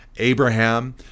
Abraham